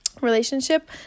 relationship